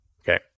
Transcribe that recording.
Okay